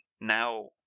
now